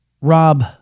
Rob